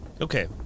Okay